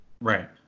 right